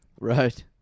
Right